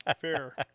Fair